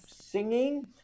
singing